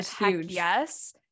yes